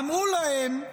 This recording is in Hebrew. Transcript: אמרו להם: